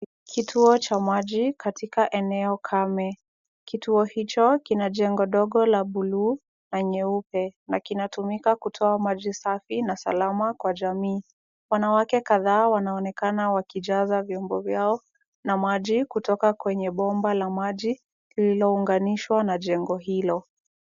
Kituo cha maji katika eneo kame. Kituo hicho kina jengo ndogo la blue na nyeupe, na kinatumika kutoa maji safi na salama kwa jamii. Wanawake kadhaa wanaonekana wakijaza vyombo vyao na maji, kutoka kwenye bomba la maji lililounganishwa na jengo hilo.